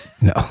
no